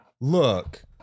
Look